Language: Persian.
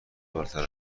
بالاتر